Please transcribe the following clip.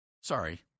sorry